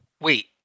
wait